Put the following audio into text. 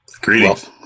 Greetings